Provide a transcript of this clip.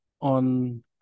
on